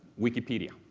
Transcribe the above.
wikipedia,